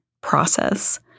process